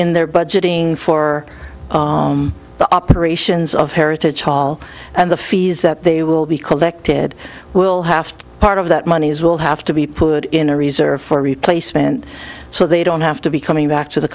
in their budgeting for the operations of heritage hall and the fees that they will be collected we'll have to part of that monies will have to be put in a reserve for replace spent so they don't have to be coming back to the